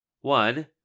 One